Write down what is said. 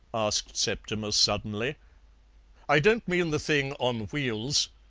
asked septimus suddenly i don't mean the thing on wheels,